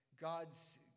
God's